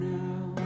now